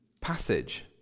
passage